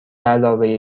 علاوه